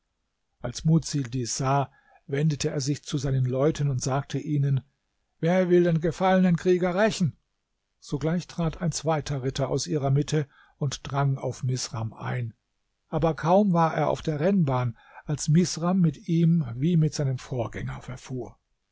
als mudsil dies sah wendete er sich zu seinen leuten und sagte ihnen wer will den gefallenen krieger rächen sogleich trat ein zweiter ritter aus ihrer mitte und drang auf misram ein aber kaum war er auf der rennbahn als misram mit ihm wie mit seinem vorgänger verfuhr